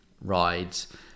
rides